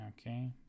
Okay